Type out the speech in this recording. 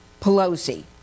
Pelosi